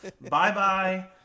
Bye-bye